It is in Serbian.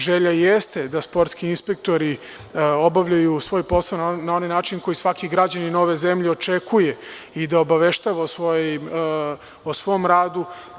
Želja jeste da sportski inspektori obavljaju svoj posao na onaj način koji svaki građanin ove zemlje očekuje i da obaveštava o svom radu.